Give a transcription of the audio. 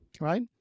right